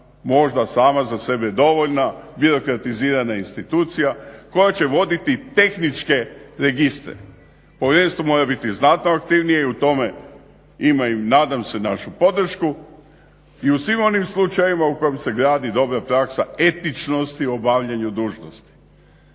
možda sama za sebe dovoljna birokratizirana institucija koja će voditi tehničke registre. Povjerenstvo mora biti znatno aktivnije i u tome imaju nadam se našu podršku i u svim onim slučajevima u kojima se gradi dobra praksa, etičnosti u obavljanju dužnosti.